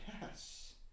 Yes